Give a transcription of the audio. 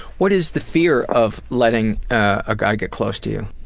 what is the fear of letting a guy get close to you?